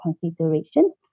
consideration